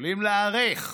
יכולים להעריך,